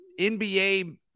NBA